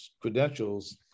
credentials